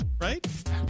right